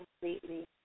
completely